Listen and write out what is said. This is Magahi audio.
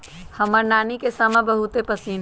हमर नानी के समा बहुते पसिन्न रहै